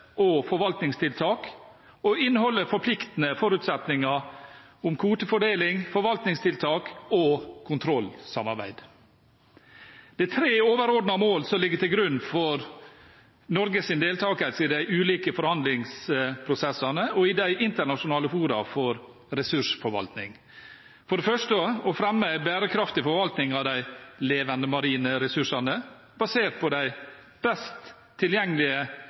og forvaltningstiltak og inneholder forpliktende forutsetninger om kvotefordeling, forvaltningstiltak og kontrollsamarbeid. Det er tre overordnede mål som ligger til grunn for Norges deltakelse i de ulike forhandlingsprosessene og i de internasjonale fora for ressursforvaltning: å fremme en bærekraftig forvaltning av de levende marine ressursene, basert på den best tilgjengelige